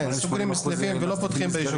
כן, סוגרים סניפים ולא פותחים.